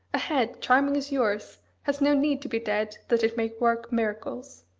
a head, charming as yours, has no need to be dead that it may work miracles!